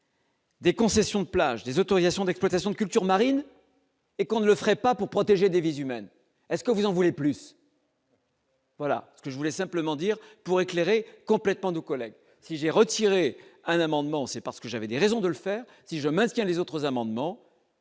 Des concessions de plage des autorisations d'exploitation de cultures marines. Et qu'on ne ferait pas pour protéger des divise humaine est-ce que vous en voulez plus. Voilà ce que je voulais simplement dire pour éclairer complètement nos collègues si j'ai retiré un amendement, c'est parce que j'avais des raisons de le faire si je maintiens les autres amendements.